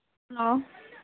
hello